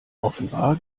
offenbar